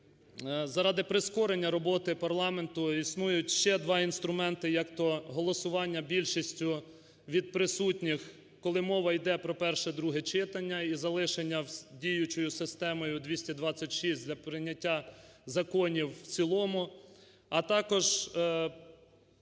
заради прискорення роботи парламенту існують ще два інструменти, як то голосування більшістю від присутніх, коли мова йде про перше, друге читання, і залишення діючою системою в 226 за прийняття законів в цілому. А також система,